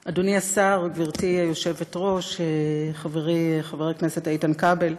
השר, גברתי היושבת-ראש, חברי חבר הכנסת איתן כבל,